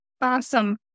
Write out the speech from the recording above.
Awesome